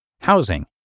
Housing